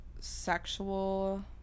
sexual